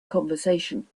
conversation